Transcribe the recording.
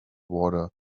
water